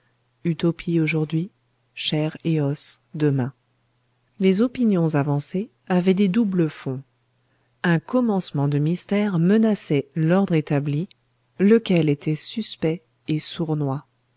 utopie aujourd'hui chair et os demain les opinions avancées avaient des doubles fonds un commencement de mystère menaçait l'ordre établi lequel était suspect et sournois